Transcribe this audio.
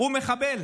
הוא מחבל.